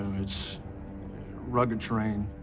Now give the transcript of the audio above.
it's rugged terrain,